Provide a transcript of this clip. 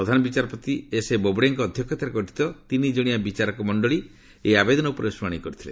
ପ୍ରଧାନ ବିଚାରପତି ଏସ୍ଏ ବୋବଡେଙ୍କ ଅଧ୍ୟକ୍ଷତାରେ ଗଠିତ ତିନି ଜଣିଆ ବିଚାରକ ମଣ୍ଡଳୀ ଏହି ଆବେଦନ ଉପରେ ଶୁଣାଶି କରିଥିଲେ